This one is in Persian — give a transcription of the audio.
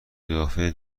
قیافه